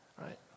right